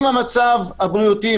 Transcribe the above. אם המצב הבריאותי,